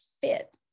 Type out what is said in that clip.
fit